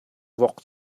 vok